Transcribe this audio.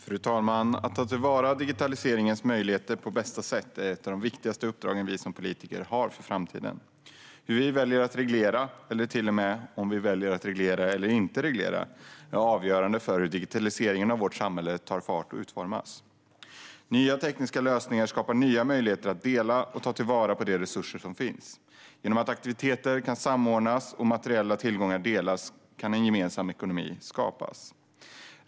Fru talman! Att ta till vara digitaliseringens möjligheter på bästa sätt är ett av de viktigaste uppdrag vi som politiker har för framtiden. Hur vi väljer att reglera, eller till och med om vi väljer att reglera eller inte, är avgörande för hur digitaliseringen av vårt samhälle tar fart och utformas. Nya tekniska lösningar skapar nya möjligheter att dela och ta till vara de resurser som finns. Genom att aktiviteter kan samordnas och materiella tillgångar delas kan en gemensam ekonomi skapas.